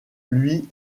lui